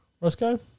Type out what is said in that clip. Roscoe